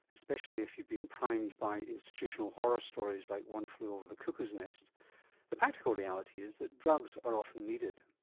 especially if you've been primed by institutional horror stories like one flew over the cuckoo's nest the practical reality is that drugs are often needed.